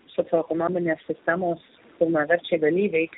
socioekonominės sistemos pilnaverčiai dalyviai